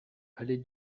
allée